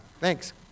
Thanks